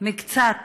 מקצת